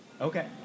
Okay